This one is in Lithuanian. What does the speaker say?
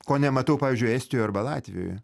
ko nematau pavyzdžiui estijoj arba latvijoj